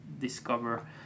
discover